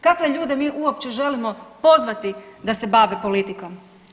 Kakve ljudi mi uopće želimo pozvati da se bave politikom?